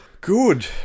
Good